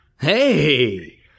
Hey